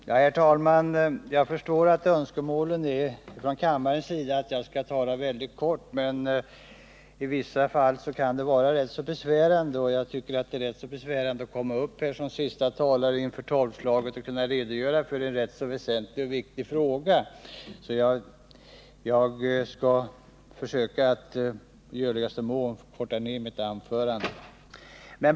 Herr talman! Man kan vara anhängare av privat vinst som en styrningsfaktor i det ekonomiska livet, och man kan vara motståndare. Oavsett om man i princip accepterar den privata vinsten finns det vissa verksamheter, där det framstår som över måttan cyniskt eller oansvarigt att låta vinstprincipen leda. Det finns verksamheter där säkerhetsaspekter kan tala för att vinstintresset bör neutraliseras, och sociala eller alkoholpolitiska aspekter kan också tala för detta. Bryggerinäringen är en bransch där skäl av det sistnämnda slaget kan åberopas. Inom vpk har vi svårt att förstå alkoholpolitiker som kunde skruva upp sig till moraliserandets högsta höjder under agitationen mot mellanölet men som sedan inte vill nationalisera bryggerierna.